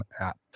app